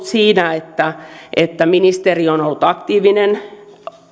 siinä että että ministeri on ollut aktiivinen